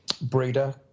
breeder